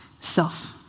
self